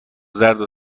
زرد